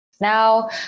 Now